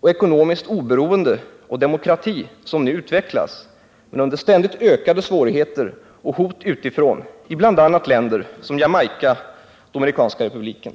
och ekonomiskt oberoende och demokrati som nu utvecklas — men under ständigt ökade svårigheter och hot utifrån — i bl.a. länder som Jamaica och Dominikanska republiken.